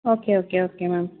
okay okay okay ma'am